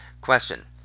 Question